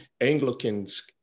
Anglicans